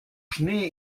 schnee